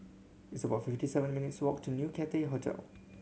it's about fifty seven minutes' walk to New Cathay Hotel